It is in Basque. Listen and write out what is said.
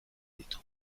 ditu